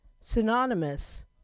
synonymous